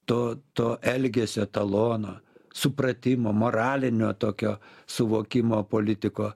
to to elgesio etalono supratimo moralinio tokio suvokimo politiko